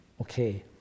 Okay